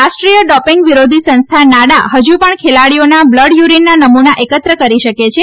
રાષ્ટ્રીય ડોપિંગ વિરોધી સંસ્થા નાડા હજુ પણ ખેલાડીઓના બ્લડ યુરીનના નમૂના એકત્ર કરી શકે છે